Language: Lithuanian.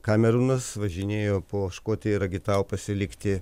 kameronas važinėjo po škotiją ir agitavo pasilikti